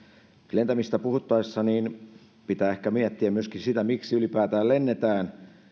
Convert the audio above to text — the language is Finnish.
lentämisestä puhuttaessa pitää ehkä miettiä myöskin sitä miksi ylipäätään lennetään